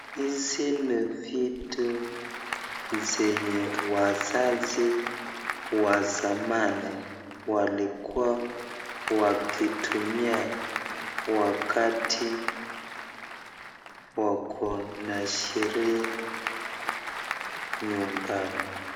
Hizi ni vitu zenye wazazi wa zamani walikuwa wakitumia wakati wakona sherehe nyumbani.